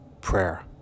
prayer